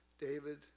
David